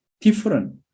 different